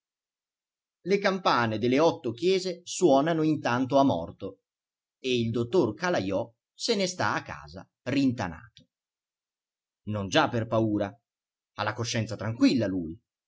le campane delle otto chiese suonano intanto a morto e il dottor calajò se ne sta a casa rintanato non già per paura ha la coscienza tranquilla lui